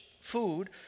food